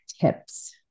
tips